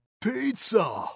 Pizza